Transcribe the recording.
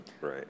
Right